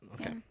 Okay